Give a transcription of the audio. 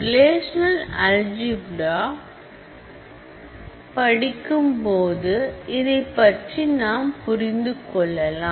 relational algebra லிப்ராபடிக்கும்போது இதைப்பற்றி நாம் புரிந்து கொள்ளலாம்